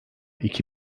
iki